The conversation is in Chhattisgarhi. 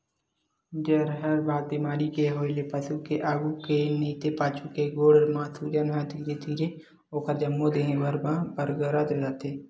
जहरबाद बेमारी के होय ले पसु के आघू के नइते पाछू के गोड़ म सूजन ह धीरे धीरे ओखर जम्मो देहे भर म बगरत जाथे